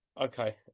Okay